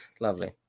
Lovely